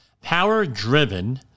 Power-Driven